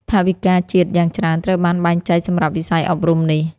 ថវិកាជាតិយ៉ាងច្រើនត្រូវបានបែងចែកសម្រាប់វិស័យអប់រំនេះ។